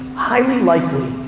highly likely,